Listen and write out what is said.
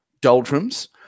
doldrums